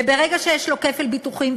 וברגע שיש לו כפל ביטוחים,